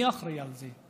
מי אחראי על זה?